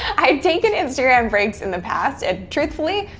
i've taken instagram breaks in the past and truthfully,